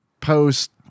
post